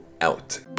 out